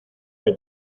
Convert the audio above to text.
que